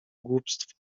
głupstwo